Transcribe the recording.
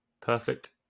Perfect